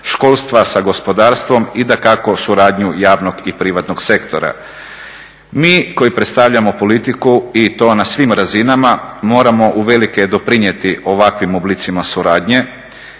školstva sa gospodarstvom i dakako suradnju javnog i privatnog sektora. Mi koji predstavljamo politiku i to na svim razinama moramo uvelike doprinijeti ovakvim oblicima suradnje.